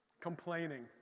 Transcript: Complaining